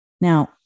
Now